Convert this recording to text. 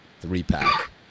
three-pack